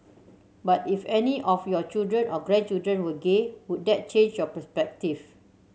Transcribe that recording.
but if any of your children or grandchildren were gay would that change your perspective